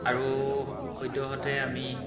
আৰু সদ্যহতে আমি